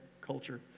culture